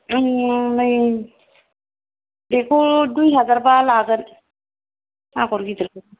आं नै बेखौ दुइ हाजारबा लागोन आगर गिदिरखौ